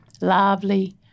Lovely